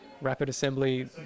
rapid-assembly